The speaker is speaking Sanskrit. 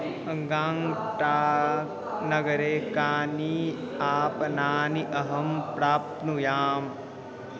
गाङ्गटाक् नगरे कानि आपणानि अहं प्राप्नुयाम्